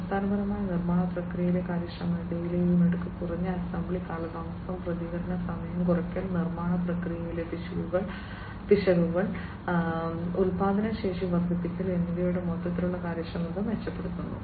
അടിസ്ഥാനപരമായി നിർമ്മാണ പ്രക്രിയയിലെ കാര്യക്ഷമതയിലെ ഈ മിടുക്ക് കുറഞ്ഞ അസംബ്ലി കാലതാമസം പ്രതികരണ സമയം കുറയ്ക്കൽ നിർമ്മാണ പ്രക്രിയയിലെ പിശകുകൾ ഉൽപാദന ശേഷി വർദ്ധിപ്പിക്കൽ എന്നിവയിൽ മൊത്തത്തിലുള്ള കാര്യക്ഷമത മെച്ചപ്പെടുത്തുന്നു